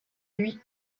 lui